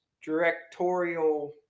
directorial